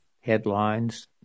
headlines